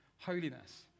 holiness